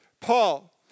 Paul